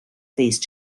these